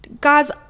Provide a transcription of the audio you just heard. guys